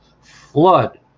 flood